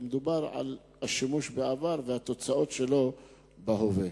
מדובר על השימוש בעבר והתוצאות שלו בהווה.